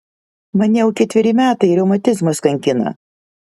mane jau ketveri metai reumatizmas kankina